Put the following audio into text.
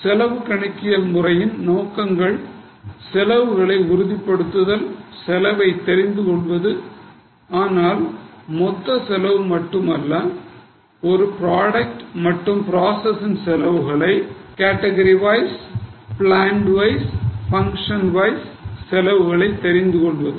செலவு கணக்கியல் முறையின் நோக்கங்களின் செலவுகளை உறுதிப்படுத்துதல் செலவை தெரிந்துகொள்வது ஆனால் மொத்த செலவுகள் மட்டுமல்ல ஒரு புரோடக்ட் மற்றும் புரோசெசின் செலவுகள் category wise plant wise function wise செலவுகளை தெரிந்துகொள்வது